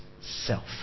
self